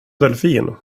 delfin